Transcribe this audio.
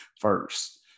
first